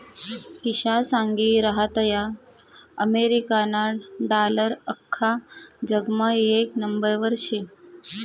किशा सांगी रहायंता अमेरिकाना डालर आख्खा जगमा येक नंबरवर शे